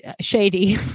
shady